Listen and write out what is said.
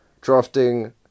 drafting